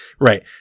right